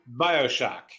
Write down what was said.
Bioshock